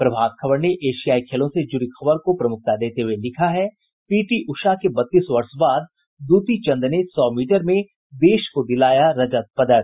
प्रभात खबर ने एशियाई खेलों से जुड़ी खबर को प्रमुखता देते हुये लिखा है पीटी उषा के बत्तीस वर्ष बाद दुती चंद ने सौ मीटर में देश को दिलाया रजत पदक